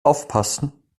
aufpassen